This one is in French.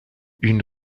une